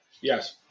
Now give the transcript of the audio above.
Yes